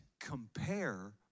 compare